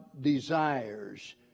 desires